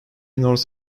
north